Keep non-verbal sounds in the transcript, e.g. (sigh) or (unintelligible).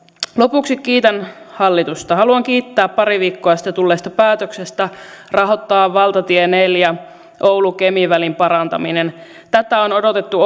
lopuksi kiitän hallitusta haluan kiittää pari viikkoa sitten tulleesta päätöksestä rahoittaa valtatie neljän oulu kemi välin parantaminen tätä on odotettu (unintelligible)